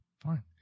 Fine